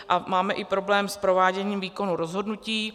A máme i problém s prováděním výkonu rozhodnutí.